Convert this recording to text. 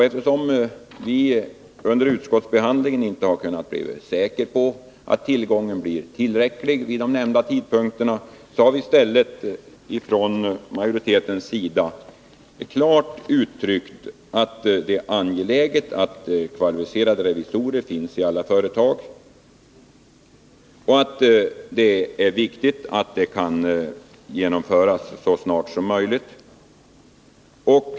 Eftersom vi inom utskottsmajoriteten inte blivit säkra på att tillgången på revisorer kommer att svara mot behovet vid de nämnda tidpunkterna, har vi klart uttryckt att det är angeläget att kvalificerad revisor finns i alla företag och att möjligheterna att införa kvalificerad revision snarast bör övervägas på nytt.